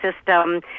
system